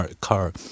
car